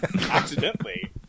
accidentally